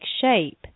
shape